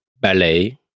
ballet